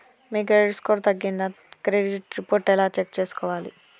మీ credit score తగ్గిందా credit report ఎలా check చేసుకోవాలి?